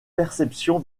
perception